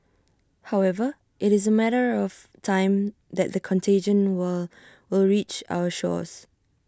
however IT is A matter of time that the contagion will will reach our shores